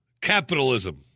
Capitalism